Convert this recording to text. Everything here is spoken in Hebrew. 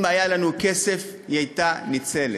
אם היה לנו כסף היא הייתה ניצלת?